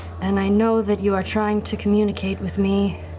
and i know that you are trying to communicate with me.